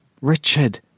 Richard